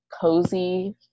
cozy